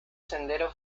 sendero